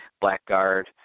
Blackguard